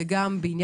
וגם האם